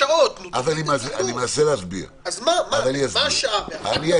תן לוח זמנים.